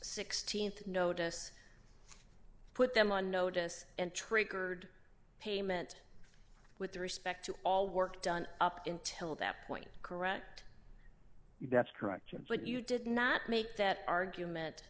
august th notice put them on notice and triggered payment with respect to all work done up until that point correct that's correct yeah but you did not make that argument